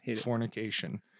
fornication